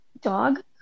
dog